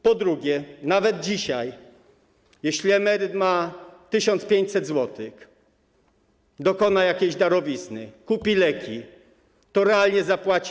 Po drugie, nawet dzisiaj, jeśli emeryt ma 1500 zł, dokona jakiejś darowizny, kupi leki, to realnie ile zapłaci?